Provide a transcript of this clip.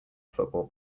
football